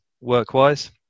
work-wise